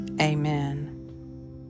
amen